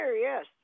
Yes